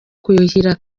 kuhira